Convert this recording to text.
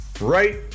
Right